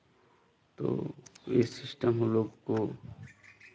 तो ये सिस्टम वो लोग को